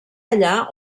allà